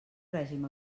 règim